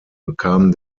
bekam